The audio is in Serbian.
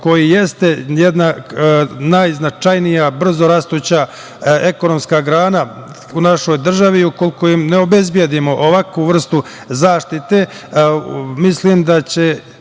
koji jeste jedna najznačajnija brzorastuća ekonomska grana u našoj državi. Ukoliko im ne obezbedimo ovakvu vrstu zaštite, mislim da će